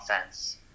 offense